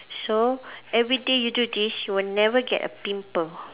so every day you do this you will never get a pimple